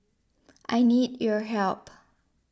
I need your help